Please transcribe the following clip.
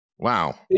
Wow